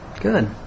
Good